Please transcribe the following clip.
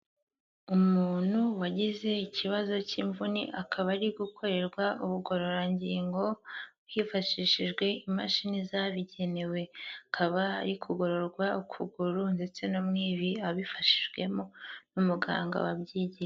Umuntu wagize ikibazo cy'imvune akaba ari gukorerwa ubugororangingo, hifashishijwe imashini zabigenewe. Akaba ari kugororwa ukuguru ndetse no mu ivi abifashijwemo n'umuganga wabyigiye.